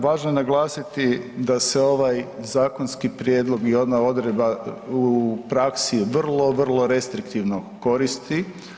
Važno je naglasiti da se ovaj zakonski prijedlog i jedna odredba u praksi vrlo vrlo restriktivno koristi.